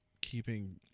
keeping